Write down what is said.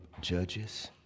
judges